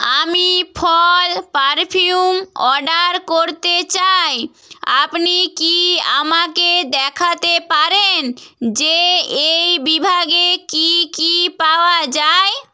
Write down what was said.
আমি ফল perfume order করতে চাই আপনি কি আমাকে দেখাতে পারেন যে এই বিভাগে কি কি পাওয়া যায়